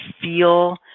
feel